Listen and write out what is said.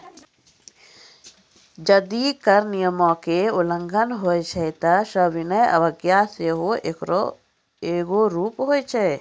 जदि कर नियमो के उल्लंघन होय छै त सविनय अवज्ञा सेहो एकरो एगो रूप होय छै